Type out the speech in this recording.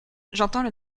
j’entends